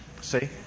See